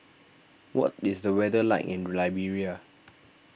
what is the weather like in Liberia